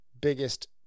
biggest